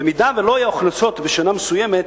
במידה שלא היו הכנסות בשנה מסוימת,